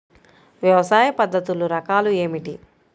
వ్యవసాయ పద్ధతులు రకాలు ఏమిటి?